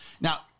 Now